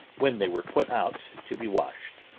when they were put out to be washed.